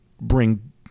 bring